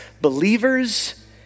believers